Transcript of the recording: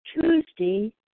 Tuesday